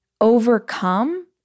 overcome